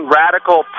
radical